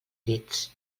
dits